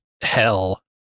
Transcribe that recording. hell